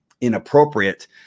inappropriate